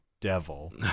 devil